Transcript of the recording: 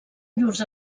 llurs